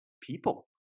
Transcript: people